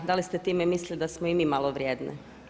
Da li ste time mislili da smo i mi malo vrijedne?